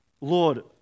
Lord